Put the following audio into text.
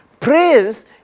Praise